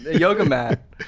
yoga mat.